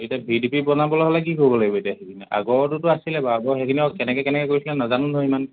এতিয়া V D P বনাবলৈ হ'লে কি কৰিব লাগিব এতিয়াৰখিনিয়ে আগৰটোতো আছিলে বাৰু আগৰ সেইখিনিও আকৌ কেনেকৈ কেনেকৈ কৰিছিলে নাজানো নহয় ইমান